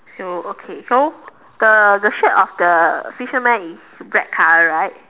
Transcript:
so okay so the the shirt of the fisherman is black color right